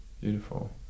beautiful